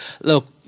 look